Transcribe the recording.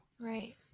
Right